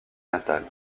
natale